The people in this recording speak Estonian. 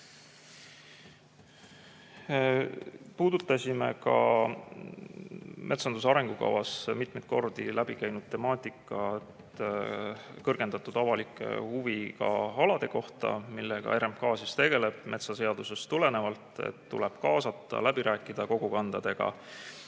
Puudutasime ka metsanduse arengukavas mitmeid kordi läbi käinud temaatikat kõrgendatud avaliku huviga alade kohta, millega RMK tegeleb, et metsaseadusest tulenevalt tuleb kaasata, läbi rääkida kogukondadega.